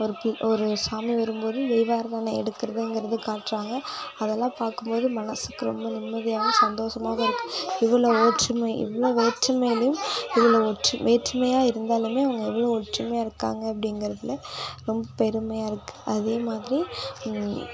ஒரு ஒரு சாமி வரும் போது தீபாரதனை எடுக்கிறதுங்கிறது காட்டுறாங்க அதெல்லாம் பார்க்கும் போது மனசுக்கு ரொம்ப நிம்மதியாகவும் சந்தோஷமாகவும் இருக்குது இவ்வளோ ஒற்றுமை இவ்வளோ வேற்றுமையிலேயும் இவ்வளோ ஒற்று வேற்றுமையாக இருந்தாலும் இவங்க எவ்வளோ ஒற்றுமையாக இருக்காங்க அப்டிங்கிறதில் ரொம்ப பெருமையாக இருக்குது அதே மாதிரி